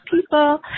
people